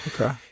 Okay